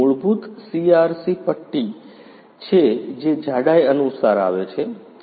મૂળભૂત સીઆરસી પટ્ટી છે જે જાડાઈ અનુસાર આવે છે